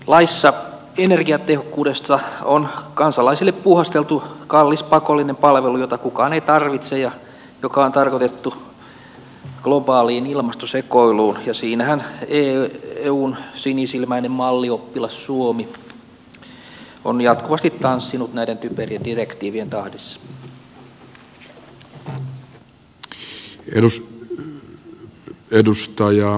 laissa energiatehokkuudesta on kansalaisille puuhasteltu kallis pakollinen palvelu jota kukaan ei tarvitse ja joka on tarkoitettu globaaliin ilmastosekoiluun ja siinähän eun sinisilmäinen mallioppilas suomi on jatkuvasti tanssinut näiden typerien direktiivien tahdissa